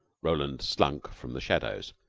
roland slunk from the shadows.